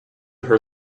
her